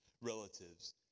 relatives